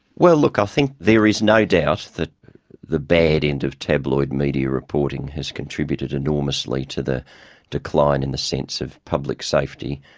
well, look, i think there is no doubt that the bad end of tabloid media reporting has contributed enormously to the decline in the sense of public safety.